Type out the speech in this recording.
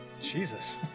Jesus